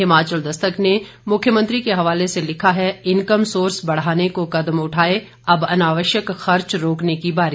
हिमाचल दस्तक ने मुख्यमंत्री के हवाले से लिखा है इनकम सोर्स बढ़ाने को कदम उठाए अब अनावश्यक खर्च रोकने की बारी